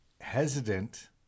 hesitant